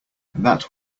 that